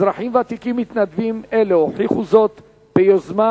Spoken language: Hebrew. אזרחים ותיקים מתנדבים אלה הוכיחו זאת ביוזמה,